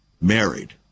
married